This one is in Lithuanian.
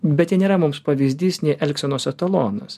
bet jie nėra mums pavyzdys nei elgsenos etalonas